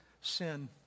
sin